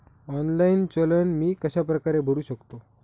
Online challan मी कशाप्रकारे भरु शकतो?